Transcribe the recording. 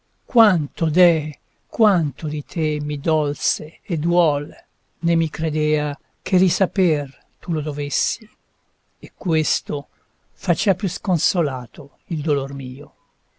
quanto deh quanto di te mi dolse e duol né mi credea che risaper tu lo dovessi e questo facea più sconsolato il dolor mio